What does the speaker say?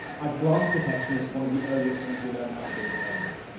ah glance detection is one of the earliest things we learn how to do as babies,